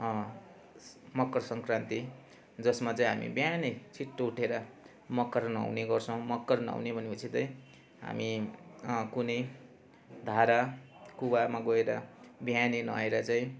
मकरसङ्क्रान्ति जसमा चाहिँ हामी बिहानै छिटो उठेर मकर नुहाउने गर्छौँ मकर नुहाउने भने पछि चाहिँ हामी कुनै धारा कुवामा गएर बिहानै नुहाएर चाहिँ